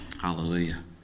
Hallelujah